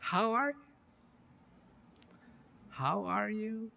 how are how are you